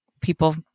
people